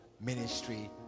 ministry